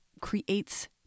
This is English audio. creates